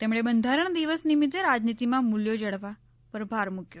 તેમણે બંધારણ દિવસ નિમિત્તે રાજનીતીમાં મૂલ્યો જાળવવા પર ભાર મૂક્યો